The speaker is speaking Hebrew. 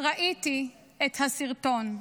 ראיתי את הסרטון.